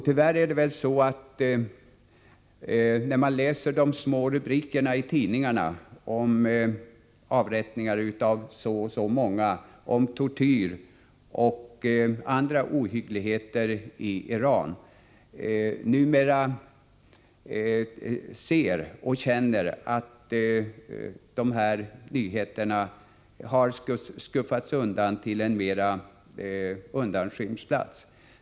Tyvärr kan man konstatera av de små rubrikerna i tidningarna om avrättningar av si eller så många människor, om tortyr och andra ohyggligheter i Iran, att de här nyheterna har fått en mera undanskymd plats.